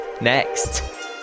Next